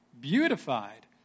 beautified